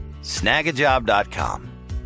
snagajob.com